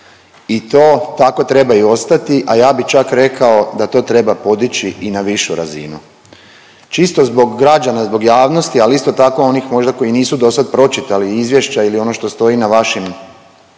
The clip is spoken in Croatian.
i to tako treba i ostati, a ja bi čak rekao da to treba podići i na višu razinu. Čisto zbog građana, zbog javnosti, ali isto onih možda koji nisu dosad pročitali izvješća ili ono što stoji na vašim,